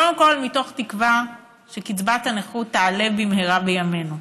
קודם כול מתוך תקווה שקצבת הנכות תעלה במהרה בימינו,